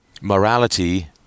Morality